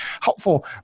helpful